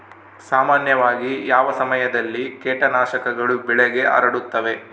ಸಾಮಾನ್ಯವಾಗಿ ಯಾವ ಸಮಯದಲ್ಲಿ ಕೇಟನಾಶಕಗಳು ಬೆಳೆಗೆ ಹರಡುತ್ತವೆ?